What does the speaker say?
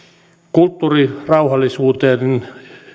kulttuurirauhallisuuteen